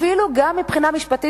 אפילו גם מבחינה משפטית.